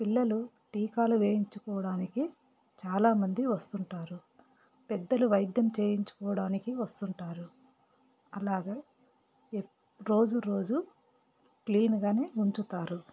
పిల్లలు టీకాలు వేయించుకోడానికి చాలా మంది వస్తుంటారు పెద్దలు వైద్యం చేయించుకోవడానికి వస్తుంటారు అలాగ ఎప్ రోజు రోజు క్లీన్ గానే ఉంచుతారు